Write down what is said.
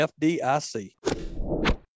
FDIC